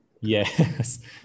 Yes